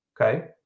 okay